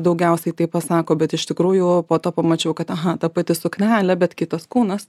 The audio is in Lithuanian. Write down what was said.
daugiausiai tai pasako bet iš tikrųjų po to pamačiau kad aha ta pati suknelė bet kitas kūnas